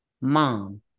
mom